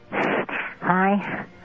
Hi